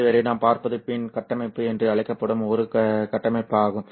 இதுவரை நாம் பார்ப்பது பின் கட்டமைப்பு என்று அழைக்கப்படும் ஒரு கட்டமைப்பாகும்